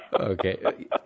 Okay